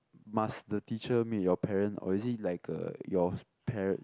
must the teacher meet your parent or is it like a your par~